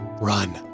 Run